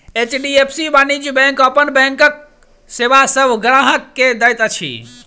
HDFC वाणिज्य bank अपन बैंकक सेवा सभ ग्राहक के दैत अछि